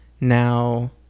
now